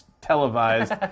televised